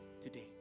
today